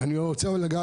אמנם רק ארבע